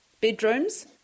bedrooms